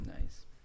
Nice